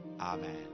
Amen